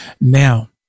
Now